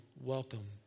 welcome